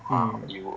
mm